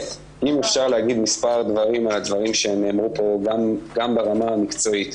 אני מבקש לומר מספר דברים על דברים שנאמרו פה גם ברמה המקצועית.